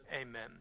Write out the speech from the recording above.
Amen